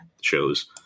shows